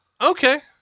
Okay